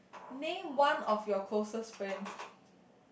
name one of your closest friend